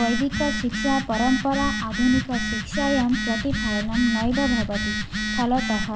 वैदिकशिक्षापरम्परा आधुनिकशिक्षायां प्रतिफलनं नैव भवति फलतः